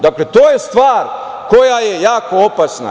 Dakle, to je stvar koja je jako opasna.